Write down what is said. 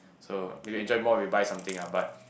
so maybe you enjoy more when you buy something ah but